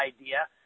idea